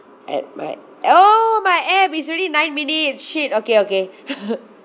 at my oh my app is already nine minutes shit okay okay